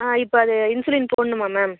ஆ இப்போ அது இன்சுலின் போடணுமா மேம்